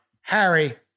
harry